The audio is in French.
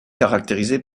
caractérisé